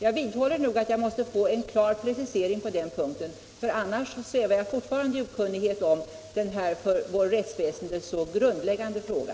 Jag vidhåller att jag måste få en klar precisering på den punkten. Annars svävar jag fortfarande i okunnighet om denna för vårt rättsväsende så grundläggande fråga.